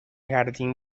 jardín